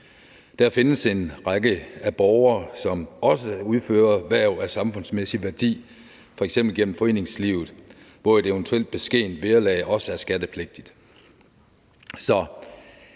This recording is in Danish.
Der findes en række borgere, som udfører andre hverv af samfundsmæssig værdi, f.eks. gennem foreningslivet, hvor et eventuelt beskedent vederlag også er skattepligtigt.